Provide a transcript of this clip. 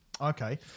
Okay